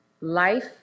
life